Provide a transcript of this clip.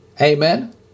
Amen